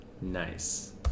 Nice